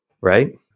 Right